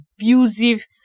abusive